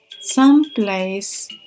someplace